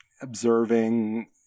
observing